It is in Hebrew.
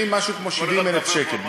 משהו כמו 70,000 שקל.